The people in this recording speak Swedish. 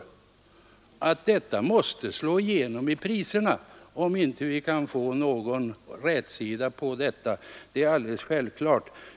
Detta måste självfallet slå igenom i försäljningspriserna, om vi inte kan få någon rätsida på problemet.